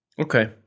Okay